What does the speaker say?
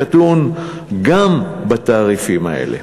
תדון גם בתעריפים האלה.